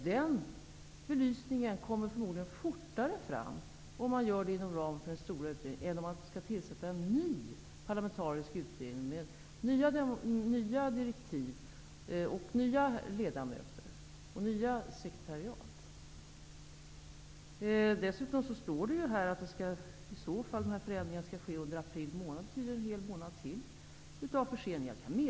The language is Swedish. Det får man förmodligen fortare fram om man gör det inom ramen för den stora utredningen än om man skulle tillsätta en ny parlamentarisk utredning med nya direktiv, nya ledamöter och nytt sekretariat. Dessutom står det att utredningen i så fall skall genomföras under april månad, vilket innebär en hel månad till av förseningar.